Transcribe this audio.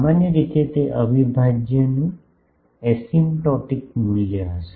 સામાન્ય રીતે તે અવિભાજ્યનું એસિમ્પટોટિક મૂલ્ય હશે